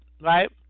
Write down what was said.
right